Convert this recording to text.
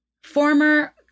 Former